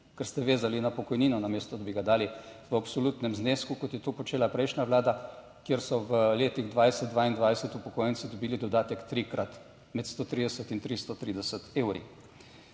ker ste vezali na pokojnino namesto, da bi ga dali v absolutnem znesku, kot je to počela prejšnja vlada, kjer so v letih 20, 22 upokojenci dobili dodatek trikrat med 130 in 330 evri.